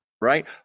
right